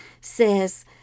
says